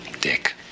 Dick